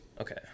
Okay